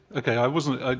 okay, i wasn't. ah